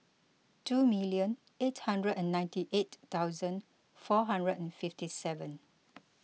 two million eight hundred and ninety eight thousand four hundred and fifty seven